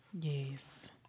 Yes